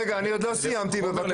אבל רגע, אני עוד לא סיימתי, בבקשה.